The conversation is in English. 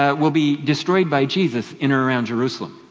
ah will be destroyed by jesus in or around jerusalem,